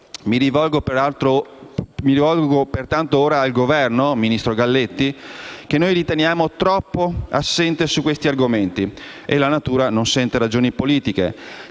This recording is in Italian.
Mi rivolgo al Governo, nella persona del ministro Galletti, che noi riteniamo troppo assente su questi argomenti: la natura non sente ragioni politiche.